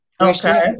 Okay